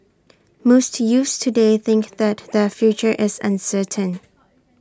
most youths today think that their future is uncertain